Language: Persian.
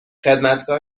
خدمتکار